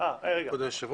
אדוני,